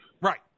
Right